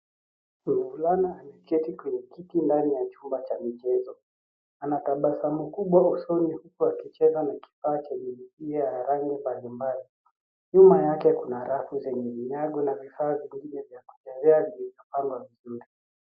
Mvulana ameketi kwenye kiti ndani ya chumba cha michezo. Ana tabasamu kubwa usoni huku akicheza na kifaa chenye mipira ya rangi mbalimbali. Nyuma yake kuna rafu zenye vinyago na vifaa vingine vya kuchezea vilivyo pangwa vizuri.